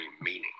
meaning